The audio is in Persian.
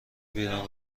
بیرون